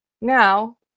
now